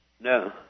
No